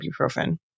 ibuprofen